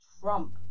Trump